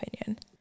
opinion